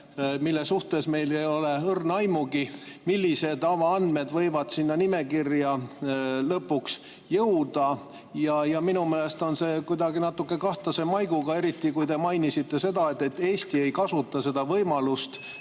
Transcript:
millest meil ei ole õrna aimugi, millised avaandmed võivad sinna nimekirja lõpuks jõuda. Minu meelest on see kuidagi natuke kahtlase maiguga, eriti kui te mainisite seda, et Eesti ei kasuta võimalust,